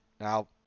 Now